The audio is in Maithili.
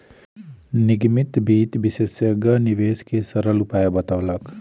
निगमित वित्त विशेषज्ञ निवेश के सरल उपाय बतौलक